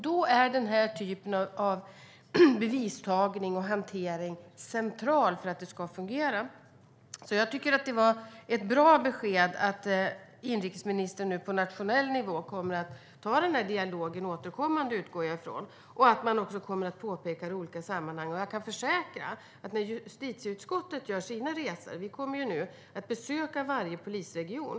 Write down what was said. Då är den här typen av bevistagning och hantering central för att det ska fungera. Det var ett bra besked att inrikesministern nu på nationell nivå för den dialogen återkommande, utgår jag från, och att man också kommer att påpeka det i olika sammanhang. Justitieutskottet gör sina resor och kommer nu att besöka varje polisregion.